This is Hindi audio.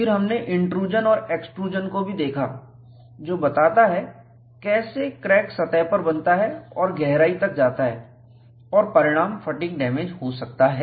फिर हमने इंट्रूजन और एक्सट्रूजन को भी देखा जो बताता है कैसे क्रैक सतह पर बनता है और गहराई तक जाता है और परिणाम फटीग डैमेज हो सकता है